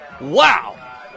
Wow